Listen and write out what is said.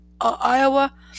Iowa